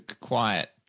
quiet